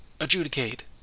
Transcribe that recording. adjudicate